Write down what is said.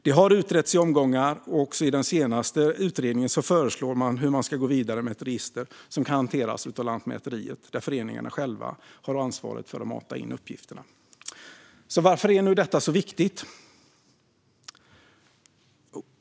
Detta har utretts i omgångar, och också i den senaste utredningen föreslås hur man ska gå vidare med ett register som kan hanteras av Lantmäteriet, där föreningarna själva har ansvaret för att mata in uppgifterna. Varför är detta nu så viktigt?